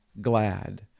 glad